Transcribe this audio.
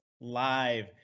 Live